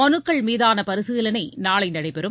மனுக்கள் மீதான பரிசீலனை நாளை நடைபெறும்